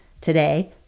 Today